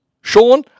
Sean